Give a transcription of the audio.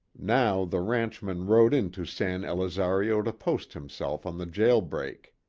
now the ranchman rode into san elizario to post himself on the jail break.